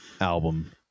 album